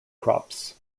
crops